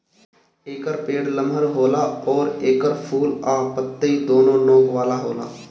एकर पेड़ लमहर होला अउरी एकर फूल आ पतइ दूनो नोक वाला होला